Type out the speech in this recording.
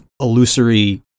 Illusory